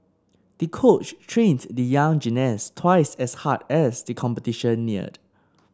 the coach trained the young gymnast twice as hard as the competition neared